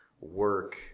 work